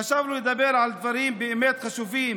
חשבנו לדבר על דברים באמת חשובים,